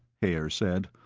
haer said.